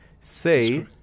say